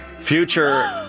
Future